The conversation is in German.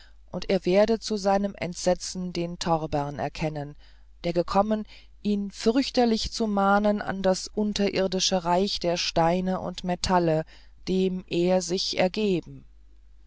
und er werde zu seinem entsetzen den torbern erkennen der gekommen ihn fürchterlich zu mahnen an das unterirdische reich der steine und metalle dem er sich ergeben